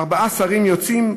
ארבעה שרים בכירים יוצאים,